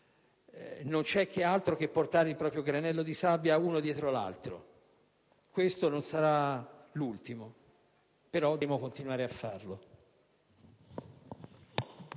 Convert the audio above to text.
non c'è altro da fare che portare il proprio granello di sabbia, uno dietro l'altro. Questo non sarà l'ultimo, ma dovremo continuare a farlo.